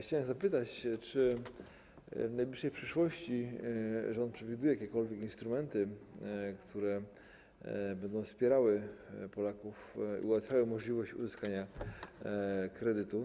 Chciałem zapytać, czy w najbliższej przyszłości rząd przewiduje jakiekolwiek instrumenty, które będą wspierały Polaków i ułatwiały uzyskanie kredytu.